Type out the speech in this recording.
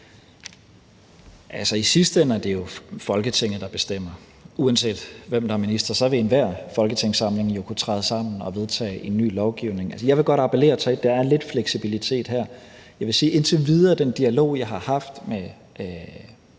I sidste ende er det jo Folketinget, der bestemmer. Uanset hvem der er minister, vil enhver folketingssamling jo kunne træde sammen og vedtage en ny lovgivning. Jeg vil godt appellere til, at der er lidt fleksibilitet her. Jeg vil sige, at indtil videre har den dialog, jeg har haft med